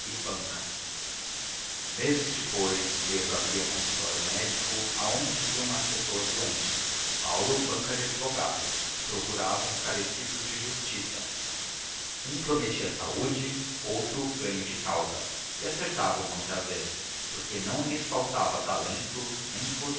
banca meses depois pedro abria consultório médico aonde iam pessoas doentes paulo banca de advogado que procuravam os carecidos de justiça um prometia saúde outro ganho de causa e acertavam muita vez porque não lhes faltava talento nem